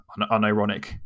unironic